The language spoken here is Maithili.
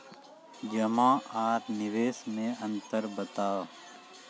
जमा आर निवेश मे अन्तर बताऊ?